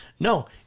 No